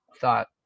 thought